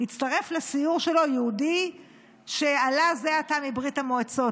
הצטרף לסיור שלו יהודי שעלה זה עתה מברית המועצות.